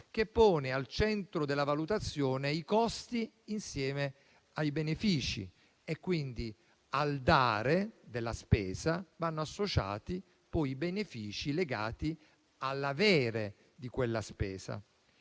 che pone al centro della valutazione i costi insieme ai benefici. Quindi al dare della spesa vanno associati poi i benefici legati all'avere di quella spesa.